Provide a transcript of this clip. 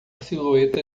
silhueta